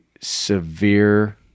severe